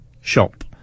shop